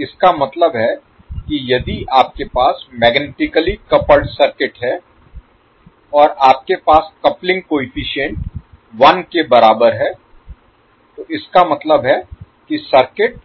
इसका मतलब है कि यदि आपके पास मैग्नेटिकली कपल्ड सर्किट है और आपके पास कपलिंग कोएफ़िशिएंट 1 के बराबर है तो इसका मतलब है कि सर्किट